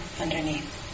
underneath